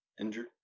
injured